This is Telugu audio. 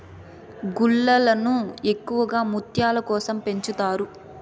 గుల్లలను ఎక్కువగా ముత్యాల కోసం పెంచుతారు